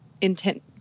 intent